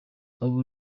abo